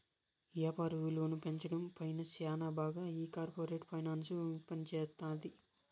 యాపార విలువను పెంచడం పైన శ్యానా బాగా ఈ కార్పోరేట్ ఫైనాన్స్ పనిజేత్తది